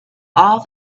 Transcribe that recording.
all